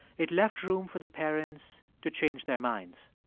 it left room for the parents to change their minds.